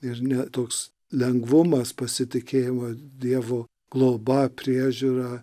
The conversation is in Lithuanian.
ir ne toks lengvumas pasitikėjimo dievu globa priežiūra